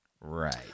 Right